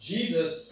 Jesus